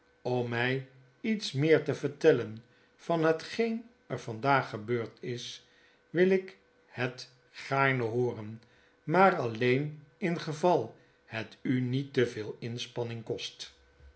om mij iets meer te vertellen van hetgeen ervandaag gebeurd is wil ik het gaarne hooren maar alleen ingeval het u niet te veel inspanning eene herkenning kost